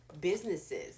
businesses